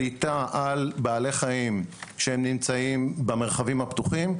שליטה על בעלי חיים שנמצאים במרחבים הפתוחים,